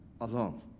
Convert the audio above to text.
alone